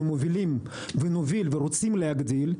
אנחנו מובילים ונוביל ורוצים להגדיל.